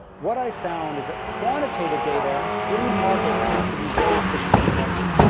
what i've found is that quantitative data in the market tends to be very efficiently priced.